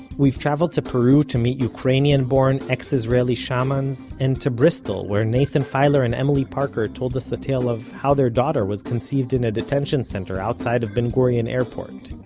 we've traveled to peru to meet ukranian-born, ex-israeli shamans, and to bristol, where nathan filer and emily parker told us the tale of how their daughter was conceived in a detention center outside of ben gurion airport.